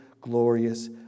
glorious